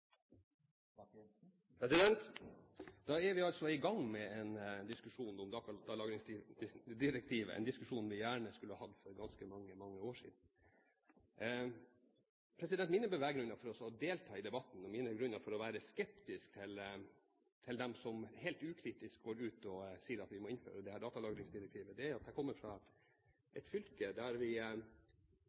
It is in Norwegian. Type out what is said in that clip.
jeg. Da er vi i gang med en diskusjon om datalagringsdirektivet, en diskusjon vi gjerne skulle hatt for ganske mange år siden. Mine beveggrunner for å delta i debatten og mine grunner for å være skeptisk til dem som helt ukritisk går ut og sier at vi må innføre datalagringsdirektivet, er at jeg kommer fra et fylke der vi